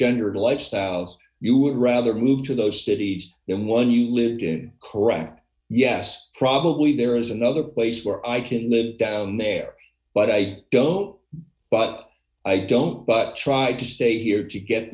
gender lifestyles you would rather move to those cities than one you lived in correct yes probably there is another place where i could live down there but i don't but i don't but try to stay here to get